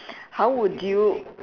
how would you